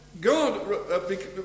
God